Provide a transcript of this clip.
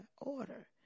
order